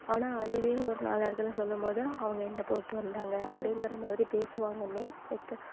ஆனால் அதுவே ஒரு நாலு இடத்தில் சொல்லும் போது அவங்க என்ன போட்டு வந்தாங்க அப்படிங்கிற மாதிரி பேசுவாங்கன்னே பெத்த